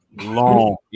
long